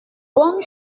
bonne